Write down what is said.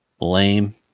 Lame